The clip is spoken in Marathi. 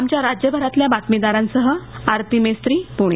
आमच्या राज्यभरातल्या बातमीदारांसह आरती मेस्त्री पुणे